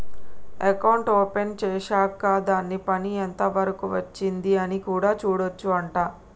account open చేశాక్ దాని పని ఎంత వరకు వచ్చింది అని కూడా చూడొచ్చు అంట